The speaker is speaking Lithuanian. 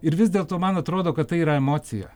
ir vis dėlto man atrodo kad tai yra emocija